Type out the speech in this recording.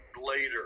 later